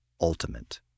ultimate